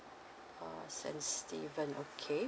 oh saint stephen's okay